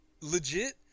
legit